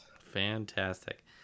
Fantastic